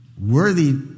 worthy